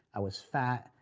i was fat,